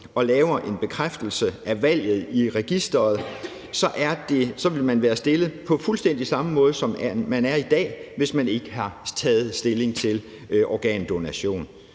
og laver en bekræftelse af valget i registeret, vil man være stillet på fuldstændig samme måde, som man er i dag, hvis man ikke har taget stilling til organdonation.